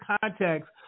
context